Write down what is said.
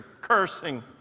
cursing